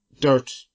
dirt